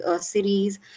series